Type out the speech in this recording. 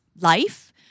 life